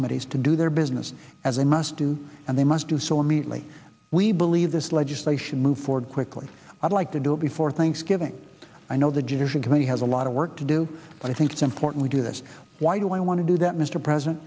committees to do their business as they must do and they must do so immediately we believe this legislation move forward quickly i'd like to do it before thanksgiving i know the judicial committee has a lot of work to do but i think it's important we do this why do i want to do that mr president